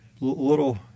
little